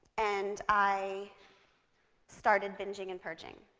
and i started binging and purging,